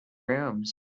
rooms